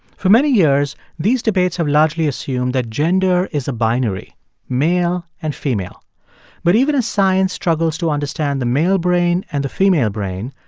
for many years, these debates have largely assumed that gender is a binary male and female but even as science struggles to understand the male brain and the female brain,